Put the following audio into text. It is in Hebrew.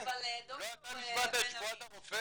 לא אתה נשבעת את שבועת הרופא?